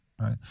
Right